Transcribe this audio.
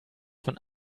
von